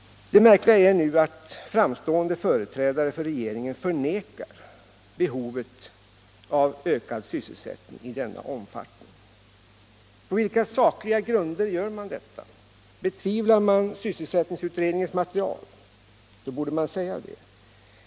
Det märkliga är nu att framstående företrädare för regeringen förnekar behovet av ökad sysselsättning i denna omfattning. På vilka sakliga grunder gör man detta? Betvivlar man sysselsättningsutredningens material? Då borde man säga det.